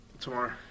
tomorrow